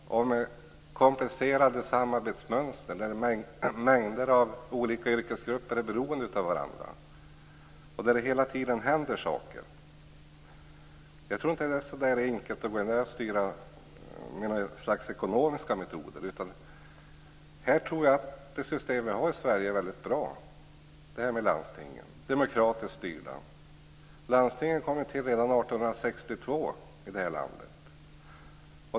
Det handlar om komplicerade samarbetsmönster där mängder av olika yrkesgrupper är beroende av varandra och där det hela tiden händer saker. Jag tror inte att det är så där enkelt att gå in och styra med något slags ekonomiska metoder. Jag tror att det system med landsting som vi har i Sverige är väldigt bra. Landstingen är demokratiskt styrda. De kom till redan 1862 i det här landet.